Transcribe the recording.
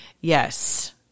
yes